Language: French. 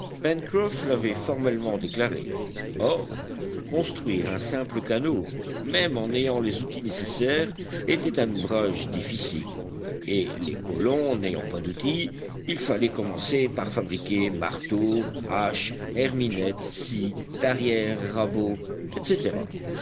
formellement déclaré or construire un simple canot même en ayant les outils nécessaires était un ouvrage difficile et les colons n'ayant pas d'outils il fallait commencer par fabriquer marteaux haches herminettes scies tarières rabots etc